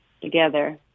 together